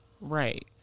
Right